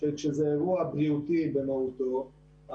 כשזה אירוע בריאותי במהותו,